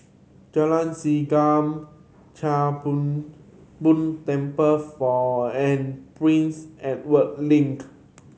Jalan Segam Chia Hung Boo Temple for and Prince Edward Link